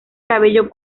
cabello